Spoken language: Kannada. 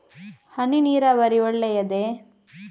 ಹನಿ ನೀರಾವರಿ ಒಳ್ಳೆಯದೇ?